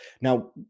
Now